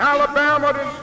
Alabama